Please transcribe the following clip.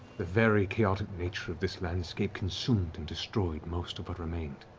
the very chaotic nature of this landscape consumed and destroyed most of what remained.